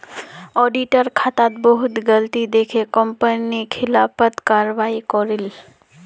auditor खातात बहुत गलती दखे कंपनी खिलाफत कारवाही करले